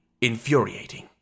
infuriating